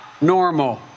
normal